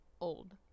Old